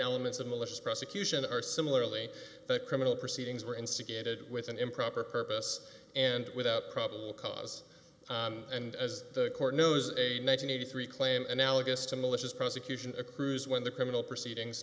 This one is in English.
elements of malicious prosecution are similarly criminal proceedings were instigated with an improper purpose and without probable cause and as the court knows a nine hundred and eighty three claim analogous to malicious prosecution accrues when the criminal proceedings